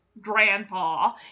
Grandpa